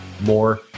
more